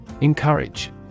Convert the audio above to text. Encourage